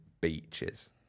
Beaches